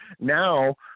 now